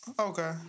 Okay